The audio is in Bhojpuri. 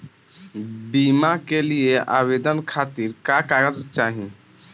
बीमा के लिए आवेदन खातिर का का कागज चाहि?